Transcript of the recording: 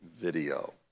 video